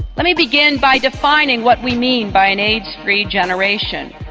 let me begin by defining what we mean by an aids-free generation